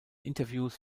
interviews